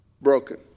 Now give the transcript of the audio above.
broken